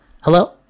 hello